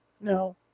No